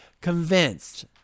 convinced